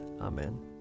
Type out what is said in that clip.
Amen